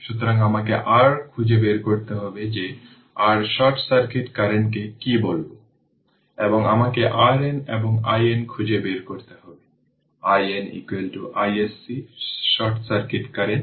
সুতরাং আমাকে r খুঁজে বের করতে হবে যে r শর্ট সার্কিট কারেন্টকে কী বলব এবং আমাকে RN এবং IN খুঁজে বের করতে হবে IN iSC short circuit current